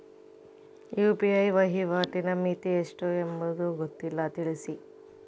UPI ವಹಿವಾಟಿನ ಮಿತಿ ಎಷ್ಟು ಎಂಬುದು ಗೊತ್ತಿಲ್ಲ? ತಿಳಿಸಿ?